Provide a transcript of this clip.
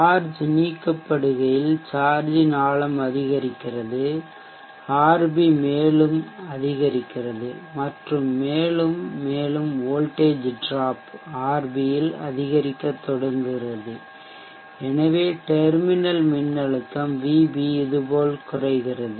charge நீக்கப்படுகையில் சார்ஜின் ஆழம் அதிகரிக்கிறது RB மேலும் அதிகரிக்கிறது மற்றும் மேலும் மேலும் வோல்டேஜ் டிராப் RB ல் அதிகரிக்கத் தொடங்குகிறது எனவே டெர்மினல் மின்னழுத்தம் vb இதுபோல் குறைகிறது